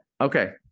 Okay